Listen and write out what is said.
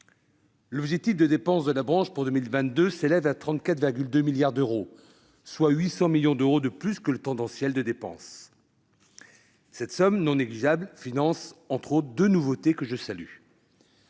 L'objectif de dépenses de la branche pour 2022 s'élève à 34,2 milliards d'euros, soit 800 millions d'euros de plus que le tendanciel de dépense. Cette somme, non négligeable, finance notamment deux nouveautés, que je salue.